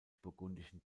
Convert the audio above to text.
burgundischen